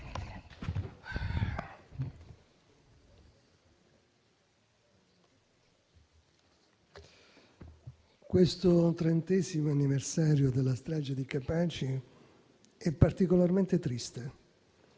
questo trentesimo anniversario della strage di Capaci è particolarmente triste,